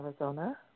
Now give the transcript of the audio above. Arizona